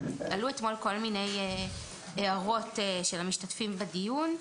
עלו אתמול כל מיני הערות של המשתתפים בדיון,